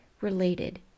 related